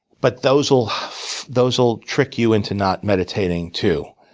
but those'll those'll trick you into not meditating too.